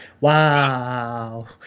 wow